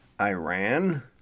Iran